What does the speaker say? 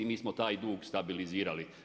Mi smo taj dug stabilizirali.